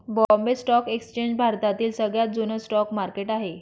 Bombay stock exchange भारतातील सगळ्यात जुन स्टॉक मार्केट आहे